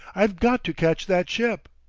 i've got to catch that ship!